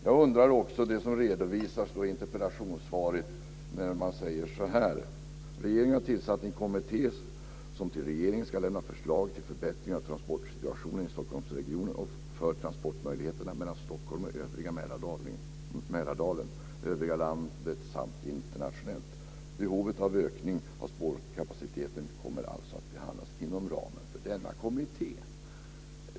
Jag undrar också över något som redovisas i interpellationssvaret. Det står: "Regeringen har tillsatt en kommitté som till regeringen ska lämna förslag till förbättringar av transportsituationen i Stockholmsregionen och för transportmöjligheterna mellan Stockholm och övriga Mälardalen, övriga landet samt internationellt. Behovet av ökning av spårkapaciteten kommer alltså att behandlas inom ramen för denna kommitté."